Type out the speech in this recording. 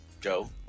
Joe